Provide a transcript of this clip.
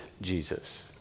Jesus